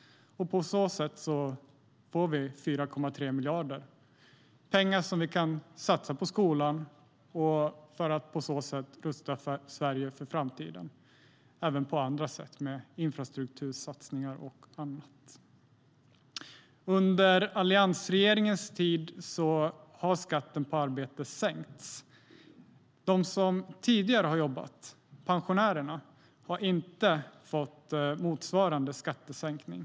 På så sätt får vi 4,3 miljarder, pengar som vi kan satsa på skolan och därmed rusta Sverige för framtiden. Det gäller även annat, såsom infrastruktursatsningar. Under alliansregeringens tid har skatten på arbete sänkts. De som jobbat tidigare, pensionärerna, har inte fått motsvarande skattesänkning.